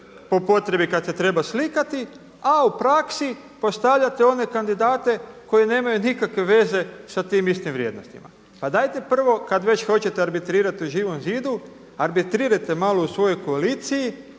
po potrebi kada se treba slikati a u praksi postavljate one kandidate koji nemaju nikakve veze sa tim istim vrijednostima. Pa dajte prvo kada već hoćete arbitrirati u Živom zidu arbitrirajte malo u svojoj koaliciji